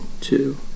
two